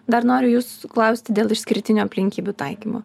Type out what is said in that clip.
dar noriu jūsų klaust dėl išskirtinių aplinkybių taikymo